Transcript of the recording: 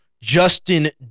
Justin